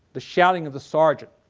the shouting of the sergeant.